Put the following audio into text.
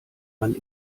man